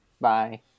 Bye